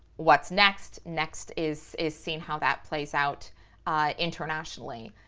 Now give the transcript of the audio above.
what's next? next is is seeing how that plays out internationally.